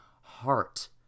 heart